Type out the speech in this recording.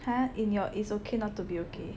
!huh! in your It's Okay Not to Be Okay